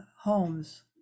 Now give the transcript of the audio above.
homes